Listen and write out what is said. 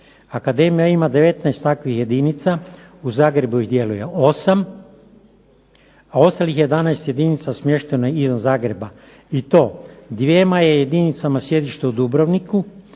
Akademija ima 19 takvih jedinica. U Zagrebu ih djeluje 8, a ostalih 11 jedinica smješteno je izvan Zagreba i to dvjema je jedinicama sjedište u Dubrovniku,